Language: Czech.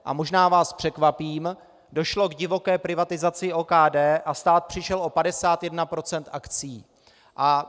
A možná vás překvapím, došlo k divoké privatizaci OKD a stát přišel o 51 % akcií.